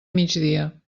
migdia